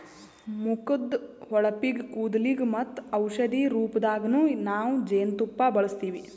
ಮುಖದ್ದ್ ಹೊಳಪಿಗ್, ಕೂದಲಿಗ್ ಮತ್ತ್ ಔಷಧಿ ರೂಪದಾಗನ್ನು ನಾವ್ ಜೇನ್ತುಪ್ಪ ಬಳಸ್ತೀವಿ